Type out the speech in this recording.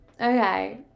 Okay